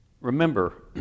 remember